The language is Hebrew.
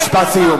משפט סיום,